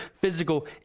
physical